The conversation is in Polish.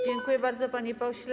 Dziękuję bardzo, panie pośle.